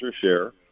share